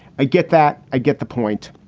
i get that. i get the point.